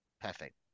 Perfect